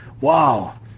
Wow